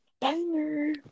banger